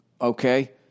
okay